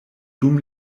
dum